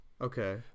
Okay